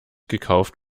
gekauft